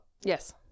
Yes